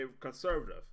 conservative